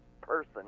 person